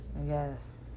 Yes